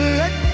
let